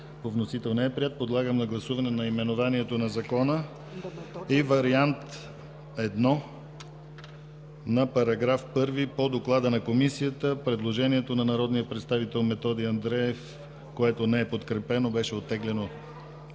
по вносител не е приет. Подлагам на гласуване наименованието на Закона и вариант 1 на § 1 по доклада на Комисията, предложението на народния представител Методи Андреев, което не е подкрепено, беше оттеглено.